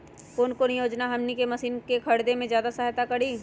कौन योजना हमनी के मशीन के खरीद में ज्यादा सहायता करी?